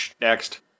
Next